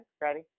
Ready